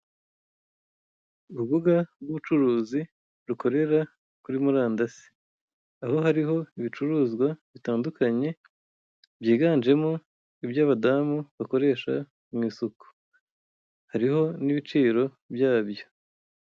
Urubuga rw'ubucuruzi rukorera kuri murandasi. Aho hariho ibicuruzwa bitandukanye, byiganjemo ibyo abadamu bakoresha mu isuku. Hariho n'ibiciro byabyo.